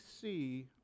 see